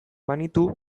banitu